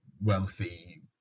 wealthy